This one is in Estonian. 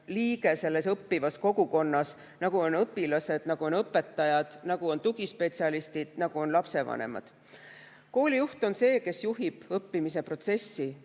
liige selles õppivas kogukonnas, nagu on õpilased, nagu on õpetajad, nagu on tugispetsialistid, nagu on lapsevanemad. Koolijuht on see, kes juhib õppimise protsessi.